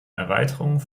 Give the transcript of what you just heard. erweiterung